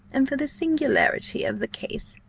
and for the singularity of the case,